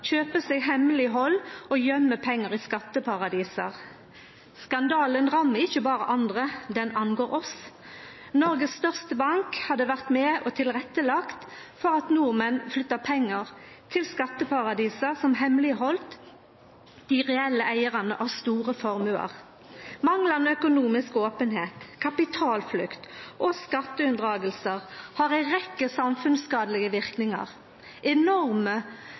pengar i skatteparadis. Skandalen rammar ikkje berre andre, den angår oss. Noregs største bank hadde vore med og tilrettelagt for at nordmenn flytta pengar til skatteparadis som hemmelegheldt dei reelle eigarane av store formuar. Manglande økonomisk openheit, kapitalflukt og skatteunndraging har ei rekkje samfunnsskadelege verknader. Enorme